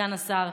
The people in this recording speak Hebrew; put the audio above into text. סגן השר,